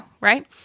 right